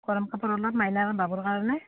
গৰম কাপোৰ অলপ মাইনা আৰু বাবুৰ কাৰণে